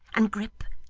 and grip,